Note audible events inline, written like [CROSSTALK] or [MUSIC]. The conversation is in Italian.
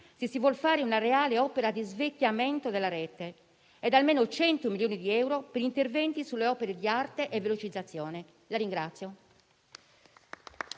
se si vuole realizzare una reale opera di svecchiamento della rete, e con almeno 100 milioni di euro per interventi sulle opere di alta velocizzazione. [APPLAUSE]